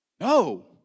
No